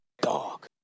dog